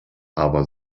aber